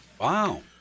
Wow